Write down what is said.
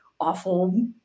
awful